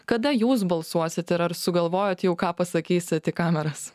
kada jūs balsuosit ir ar sugalvojot jau ką pasakysit į kameras